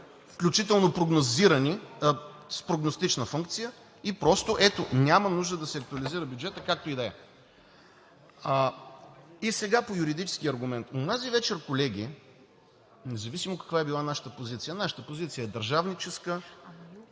включително с прогностична функция. Ето, няма нужда да се актуализира бюджетът, както и да е. Сега по юридическия аргумент. Онази вечер, колеги, независимо, каква е била нашата позиция. Нашата позиция е държавническа,